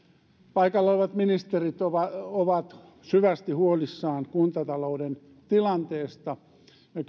paikalla olevat ministerit ovat ovat syvästi huolissaan kuntatalouden tilanteesta ja